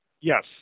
Yes